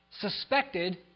suspected